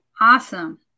Awesome